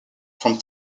from